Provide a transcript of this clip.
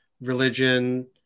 religion